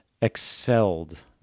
excelled